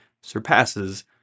surpasses